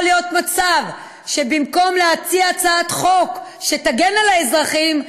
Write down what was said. ולא יכול להיות מצב שבמקום להציע הצעת חוק שתגן על האזרחים,